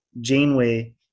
Janeway